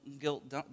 guilt